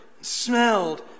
smelled